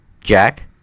Jack